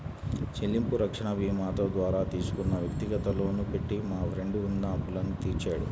చెల్లింపు రక్షణ భీమాతో ద్వారా తీసుకున్న వ్యక్తిగత లోను పెట్టి మా ఫ్రెండు ఉన్న అప్పులన్నీ తీర్చాడు